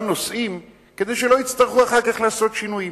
נושאים כדי שלא יצטרכו אחר כך לעשות שינויים.